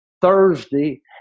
Thursday